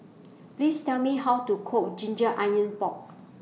Please Tell Me How to Cook Ginger Onions Pork